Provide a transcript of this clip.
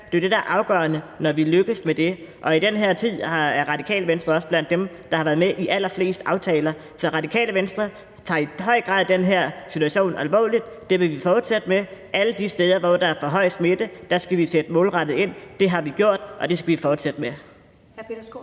der er afgørende, når vi lykkes med det. Og i den her tid er Radikale Venstre også blandt dem, der har været med i allerflest aftaler. Så Radikale Venstre tager i høj grad den her situation alvorligt. Det vil vi fortsætte med. Alle de steder, hvor der er for høj smitte, skal vi sætte målrettet ind. Det har vi gjort, og det skal vi fortsætte med.